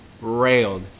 railed